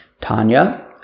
Tanya